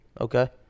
Okay